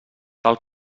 tal